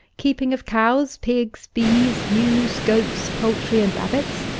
keeping of cows, pigs, bees, ewes, goats, poultry, and rabbits,